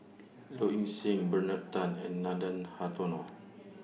Low Ing Sing Bernard Tan and Nathan Hartono